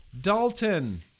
Dalton